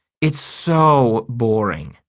it's so boring,